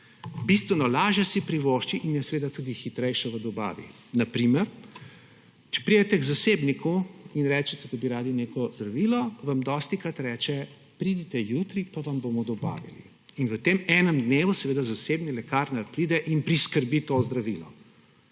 bistveno lažje si privošči in je seveda tudi hitrejša v dobavi. Na primer, če pridete k zasebniku in rečete, da bi radi neko zdravilo, vam dostikrat reče, pridite jutri, pa vam bomo dobavili. In v tem enem dnevu seveda zasebni lekarnar pride in priskrbi to zdravilo.